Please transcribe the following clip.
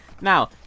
Now